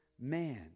man